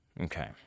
Okay